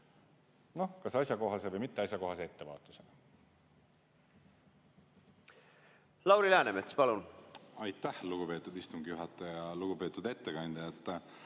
kas asjakohase või mitte asjakohase ettevaatusena. Lauri Läänemets, palun! Aitäh, lugupeetud istungi juhataja! Lugupeetud ettekandja!